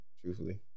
truthfully